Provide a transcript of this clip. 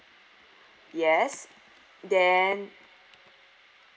yes then